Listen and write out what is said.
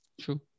True